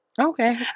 Okay